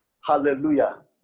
hallelujah